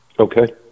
Okay